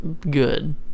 good